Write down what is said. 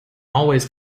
always